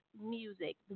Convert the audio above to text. music